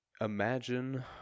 Imagine